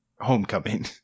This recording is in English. Homecoming